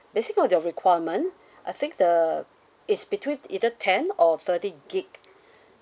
basing on your requirement I think the it's between either ten or thirty gig